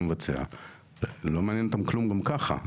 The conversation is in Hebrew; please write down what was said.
לבצע לא מעניין אותם כלום גם ככה.